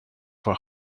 for